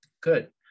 Good